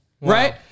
Right